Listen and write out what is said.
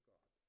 God